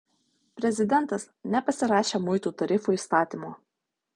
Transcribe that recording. prezidentas nepasirašė muitų tarifų įstatymo